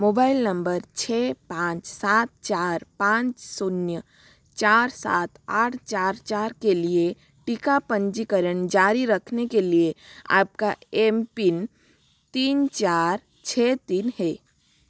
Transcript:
mobile number छः पाँच सात चार पाँच शून्य चार सात आठ चार चार के लिए टीका पंजीकरण जारी रखने के लिए आपका एम पिन तीन चार छः तीन है